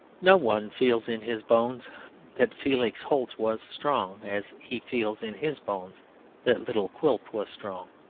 no one feels in his bones that felix holt was strong as he feels in his bones that little quilp was strong.